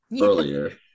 earlier